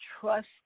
trust